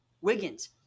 Wiggins